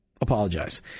apologize